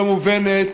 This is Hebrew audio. לא מובנת,